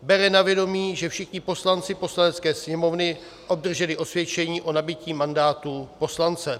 bere na vědomí, že všichni poslanci Poslanecké sněmovny obdrželi osvědčení o nabytí mandátu poslance;